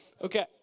Okay